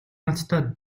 надтай